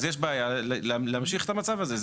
אז יש בעיה להמשיך את המצב הזה.